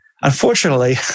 Unfortunately